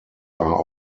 are